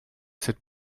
cette